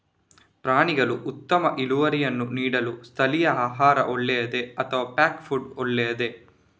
ಪ್ರಾಣಿಗಳು ಉತ್ತಮ ಇಳುವರಿಯನ್ನು ನೀಡಲು ಸ್ಥಳೀಯ ಆಹಾರ ಒಳ್ಳೆಯದೇ ಅಥವಾ ಪ್ಯಾಕ್ ಫುಡ್ ಒಳ್ಳೆಯದೇ?